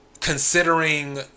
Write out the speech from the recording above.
considering